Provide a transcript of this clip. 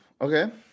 Okay